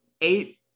eight